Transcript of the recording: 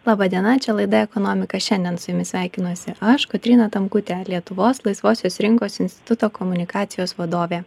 laba diena čia laida ekonomika šiandien su jumis sveikinuosi aš kotryna tamkutė lietuvos laisvosios rinkos instituto komunikacijos vadovė